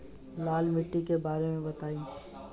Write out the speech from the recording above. लाल माटी के बारे में बताई